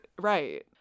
right